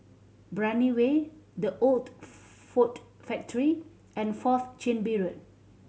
Brani Way The Old Ford Factory and Fourth Chin Bee Road